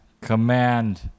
Command